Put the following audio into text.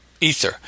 ether